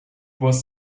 was